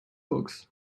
books